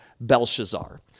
Belshazzar